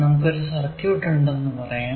നമുക്ക് ഒരു സർക്യൂട് ഉണ്ടെന്നു പറയാം